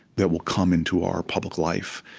that will come into our public life.